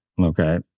Okay